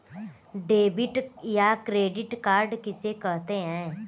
Debit या credit card किसे कहते हैं?